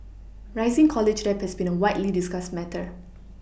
rising college debt has been a widely discussed matter